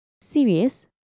serious